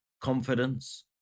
confidence